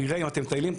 אם אתם מטיילים,